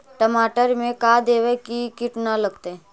टमाटर में का देबै कि किट न लगतै?